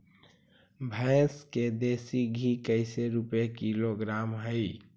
भैंस के देसी घी कैसे रूपये किलोग्राम हई?